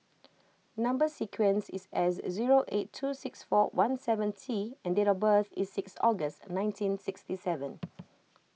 Number Sequence is S zero eight two six four one seven T and date of birth is six August nineteen sixty seven